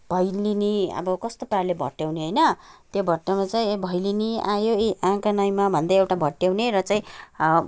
भैलेनी अब कस्तो पाराले भट्टाउने होइन त्यो भट्टाउने चाहिँ भैलेनी आयो ए आँगनैमा भन्दै एउटा भट्याउने र चाहिँ